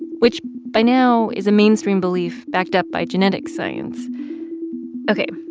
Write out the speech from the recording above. which by now is a mainstream belief backed up by genetic science ok.